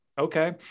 Okay